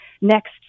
next